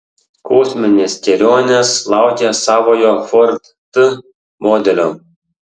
kosminės kelionės laukia savojo ford t modelio